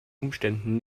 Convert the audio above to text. umständen